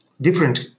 different